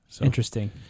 Interesting